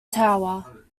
tower